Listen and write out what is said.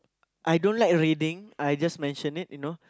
I don't like reading I just mention it you know